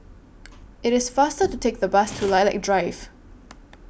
IT IS faster to Take The Bus to Lilac Drive